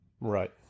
Right